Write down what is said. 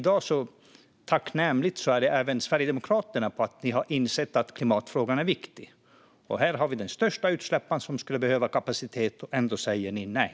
Det är tacknämligt att även Sverigedemokraterna har insett att klimatfrågan är viktig. Här har vi den största utsläpparen, som skulle behöva kapacitet. Ändå säger ni nej.